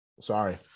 sorry